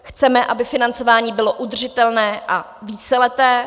Chceme, aby financování bylo udržitelné a víceleté.